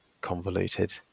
convoluted